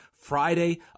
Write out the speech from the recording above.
Friday